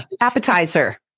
appetizer